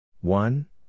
one